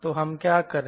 तो हम क्या करें